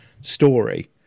story